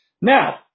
Now